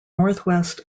northwest